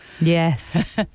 Yes